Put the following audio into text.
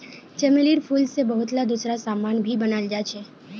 चमेलीर फूल से बहुतला दूसरा समान भी बनाल जा छे